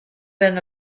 been